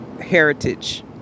heritage